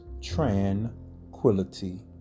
tranquility